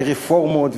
ברפורמות,